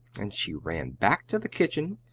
and she ran back to the kitchen,